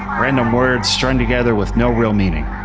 random words strung together with no real meaning.